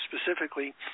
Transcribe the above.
specifically